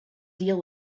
deal